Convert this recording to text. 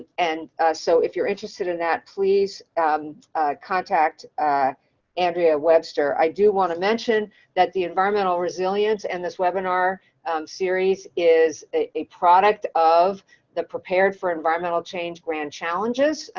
and so, if you're interested in that, please contact andrea webster. i do wanna mention that the environmental resilience and this webinar series is a product of the prepared for environmental change grand challenges.